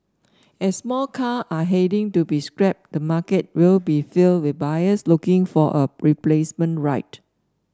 as more car are heading to be scrapped the market will be filled with buyers looking for a replacement ride